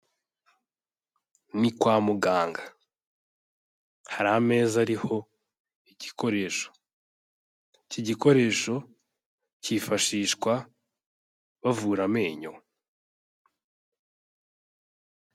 Ni kwa muganga, hari ameza ariho igikoresho, iki gikoresho cyifashishwa bavura amenyo.